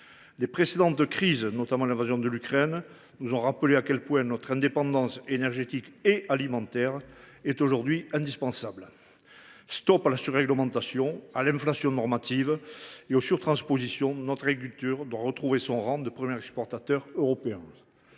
Les précédentes crises, notamment l’invasion de l’Ukraine, nous ont rappelé à quel point notre indépendance énergétique et alimentaire est aujourd’hui indispensable. Stop à la surréglementation, à l’inflation normative et à la surtransposition ! Notre agriculture doit retrouver son rang de premier exportateur européen.